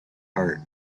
heart